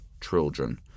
children